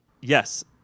Yes